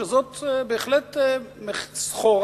וזאת בהחלט סחורה,